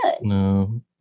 No